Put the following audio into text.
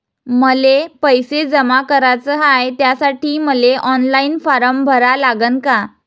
मले पैसे जमा कराच हाय, त्यासाठी मले ऑनलाईन फारम भरा लागन का?